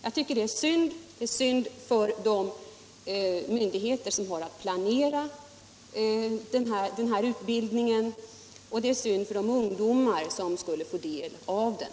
Jag tycker att det är beklagligt, både för de lokala och regionala myndigheter som har att planera utbildningen, och för de ungdomar som skall få del av den.